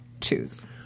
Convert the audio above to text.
choose